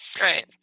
Right